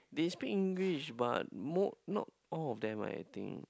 they speak English but most not all of them ah I think